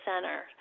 center